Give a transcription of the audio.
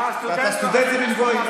עכשיו הסטודנטים הם גויים.